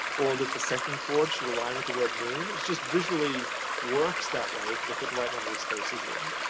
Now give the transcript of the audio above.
or that the second chord should align with the word moon. it just visually works that way cause they put the right number of spaces in.